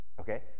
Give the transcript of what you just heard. Okay